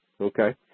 Okay